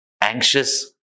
anxious